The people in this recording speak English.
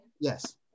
Yes